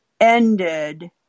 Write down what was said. ended